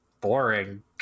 boring